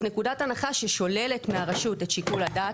זאת נקודת הנחה ששוללת מהרשות את שיקול הדעת.